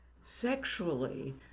sexually